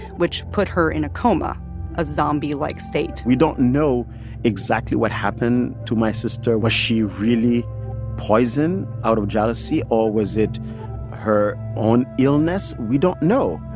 which put her in a coma a zombie-like state we don't know exactly what happened to my sister. was she really poisoned out of jealousy, or was it her own illness? we don't know.